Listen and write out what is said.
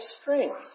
strength